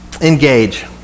Engage